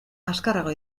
azkarrago